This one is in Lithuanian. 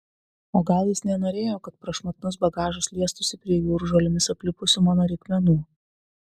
o gal jis nenorėjo kad prašmatnus bagažas liestųsi prie jūržolėmis aplipusių mano reikmenų